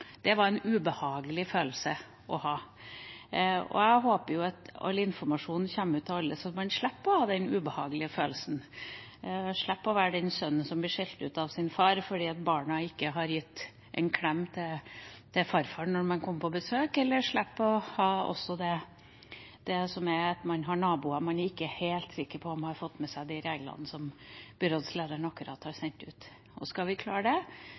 Jeg håper jo at all informasjon kommer ut til alle, slik at man slipper å ha den ubehagelige følelsen, slipper å være den sønnen som blir skjelt ut av sin far fordi barna ikke gir en klem til farfar når han kommer på besøk, eller slipper å ha det slik at man har naboer som man ikke er helt sikker på har fått med seg de reglene som byrådslederen akkurat har sendt ut. Skal vi klare det,